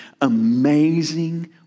amazing